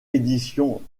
édition